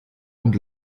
und